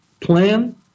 plan